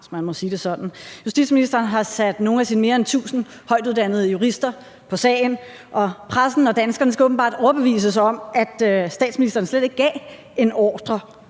Justitsministeren har sat nogle af sine mere end tusind højtuddannede jurister på sagen, og pressen og danskerne skal åbenbart overbevises om, at statsministeren slet ikke gav en ordre